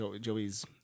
Joey's